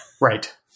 Right